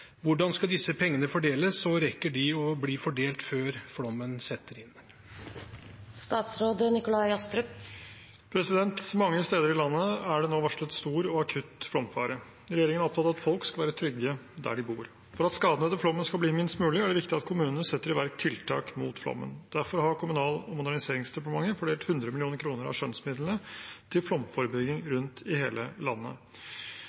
Hvordan skal disse pengene fordeles, og rekker de å bli fordelt før vårflommen setter inn?» Mange steder i landet er det nå varslet stor og akutt flomfare. Regjeringen er opptatt av at folk skal være trygge der de bor. For at skadene etter flommen skal bli minst mulig, er det viktig at kommunene setter i verk tiltak mot flommen. Derfor har Kommunal- og moderniseringsdepartementet fordelt 100 mill. kr av skjønnsmidlene til flomforebygging rundt i hele landet.